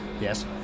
Yes